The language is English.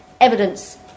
evidence